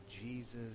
Jesus